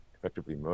effectively